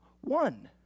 one